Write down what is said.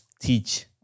teach